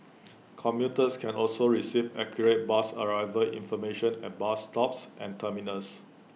commuters can also receive accurate bus arrival information at bus stops and terminals